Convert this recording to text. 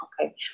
Okay